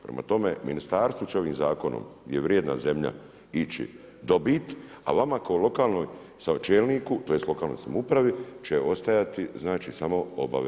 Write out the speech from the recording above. Prema tome, Ministarstvo će ovim Zakonom gdje je vrijedna zemlja ići dobit, a vama kao lokalnoj čelniku tj. lokalnoj samoupravi će ostajati samo obaveze.